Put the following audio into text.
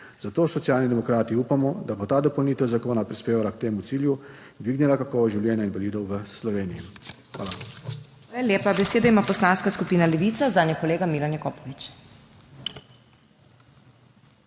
zato Socialni demokrati upamo, da bo ta dopolnitev zakona prispevala k temu cilju, dvignila kakovost življenja invalidov v Sloveniji. Hvala.